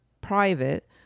private